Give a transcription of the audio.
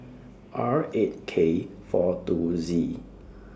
R eight K four two Z